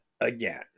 again